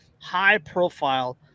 high-profile